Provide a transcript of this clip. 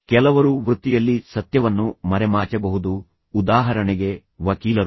ಕೆಲವರು ವೃತ್ತಿಯಲ್ಲಿ ಸತ್ಯವನ್ನು ಮರೆಮಾಚಬಹುದು ಉದಾಹರಣೆಗೆ ವಕೀಲರು